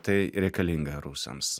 tai reikalinga rusams